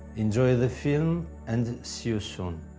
enjoy the film and see you soon